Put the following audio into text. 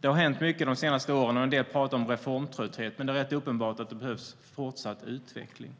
Det har hänt mycket de senaste åren, och en del talar om reformtrötthet. Men det är rätt uppenbart att det behövs fortsatt utveckling